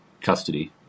custody